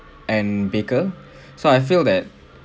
and baker so I feel that